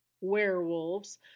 werewolves